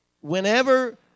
Whenever